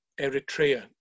Eritrea